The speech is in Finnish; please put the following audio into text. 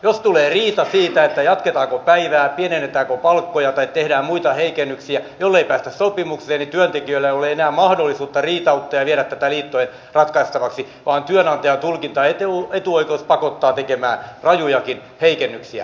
jos tulee riita siitä jatketaanko päivää pienennetäänkö palkkoja tai tehdään muita heikennyksiä ja jollei päästä sopimukseen niin työntekijöillä ei ole enää mahdollisuutta riitauttaa ja viedä tätä liittojen ratkaistavaksi vaan työnantajan tulkintaetuoikeus pakottaa tekemään rajujakin heikennyksiä